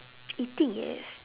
eating yes